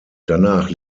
danach